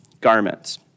garments